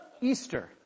Easter